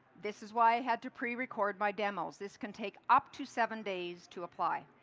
this is why i had to prerecord my demos. this can take up to seven days to apply.